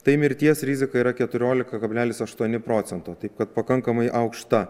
tai mirties rizika yra keturiolika kablelis aštuoni procento taip kad pakankamai aukšta